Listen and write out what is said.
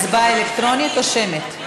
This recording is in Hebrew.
הצבעה אלקטרונית או שמית?